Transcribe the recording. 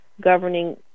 governing